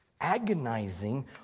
agonizing